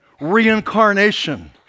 reincarnation